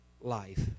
life